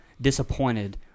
disappointed